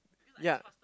ya